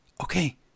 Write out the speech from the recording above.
Okay